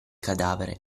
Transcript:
cadavere